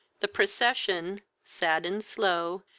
the procession, sad and slow,